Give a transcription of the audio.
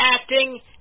acting